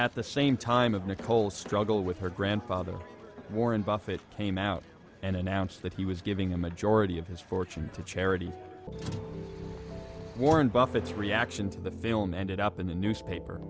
at the same time of nicole struggle with her grandfather warren buffett came out and announced that he was giving a majority of his fortune to charity warren buffet's reaction to the film ended up in the newspaper